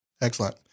Excellent